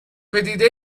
پدیده